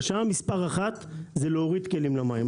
הרשאה מספר אחת זה להוריד כלים למים,